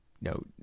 no